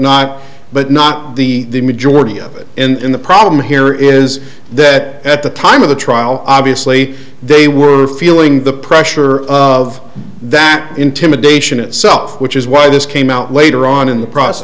not but not the majority of it in the problem here is that at the time of the trial obviously they were feeling the pressure of that intimidation itself which is why this came out later on in the process